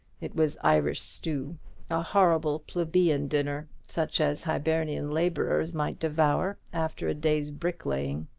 it was irish stew a horrible, plebeian dinner, such as hibernian labourers might devour after a day's bricklaying.